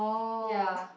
ya